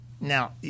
Now